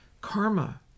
karma